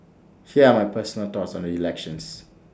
here are my personal thoughts on the elections